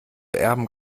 erben